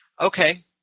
okay